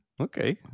Okay